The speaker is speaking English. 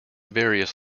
various